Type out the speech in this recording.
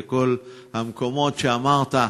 וכל המקומות שאמרת,